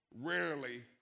rarely